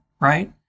Right